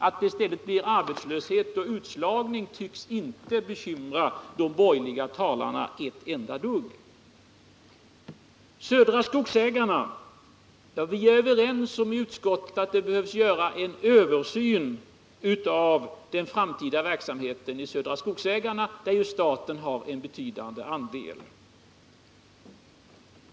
Att det i stället blir arbetslöshet och utslagning tycks inte bekymra de borgerliga talarna ett enda dugg. Vi är överens i utskottet om att det behöver göras en översyn av den framtida verksamheten vid Södra Skogsägarna, där ju staten har en betydande andel.